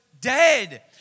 dead